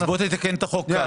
אז תתקן את החוק כאן.